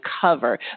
cover